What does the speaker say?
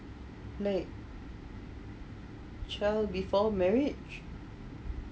like child before marriage